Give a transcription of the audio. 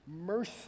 Mercy